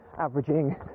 averaging